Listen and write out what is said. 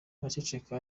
araceceka